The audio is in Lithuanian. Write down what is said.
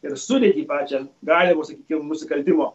ir sudėtį pačią galimo sakykim nusikaltimo